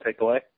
takeaway